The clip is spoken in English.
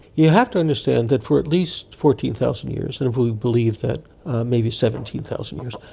you have to understand that for at least fourteen thousand years, and if we believe that maybe seventeen thousand years,